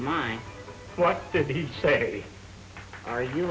mine what did he say are you